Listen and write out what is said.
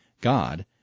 God